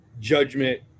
judgment